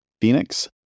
Phoenix